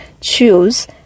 choose